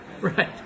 Right